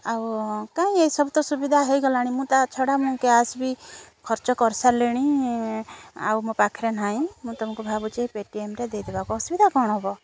ଆଉ କାହିଁକି ଏ ସବୁ ତ ସୁବିଧା ହୋଇଗଲାଣି ମୁଁ ତା' ଛଡ଼ା ମୁଁ କ୍ୟାସ୍ ବି ଖର୍ଚ୍ଚ କରିସାରିଲିଣି ଆଉ ମୋ ପାଖରେ ନାହିଁ ମୁଁ ତୁୁମକୁ ଭାବୁଛି ପେଟିଏମ୍ରେ ଦେଇ ଦେବାକୁ ଅସୁବିଧା କ'ଣ ହେବ